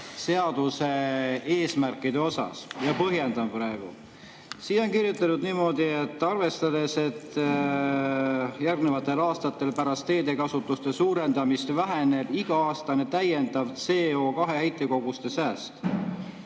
seaduse eesmärkides. Põhjendan praegu. Siia on kirjutatud niimoodi: "Arvestades, et järgnevatel aastatel pärast teekasutustasude suurendamist väheneb iga-aastane täiendav CO2heitkoguste sääst